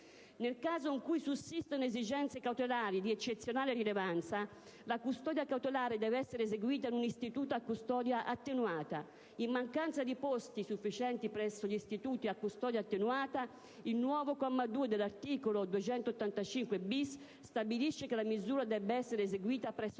Nel caso in cui sussistano esigenze cautelari di eccezionale rilevanza, la custodia cautelare deve essere eseguita in un istituto a custodia attenuata. In mancanza di posti sufficienti presso gli istituti a custodia attenuata, il nuovo comma 2 dell'articolo 285*-bis* stabilisce che la misura debba essere eseguita presso